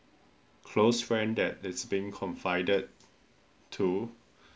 close friend that is being confined to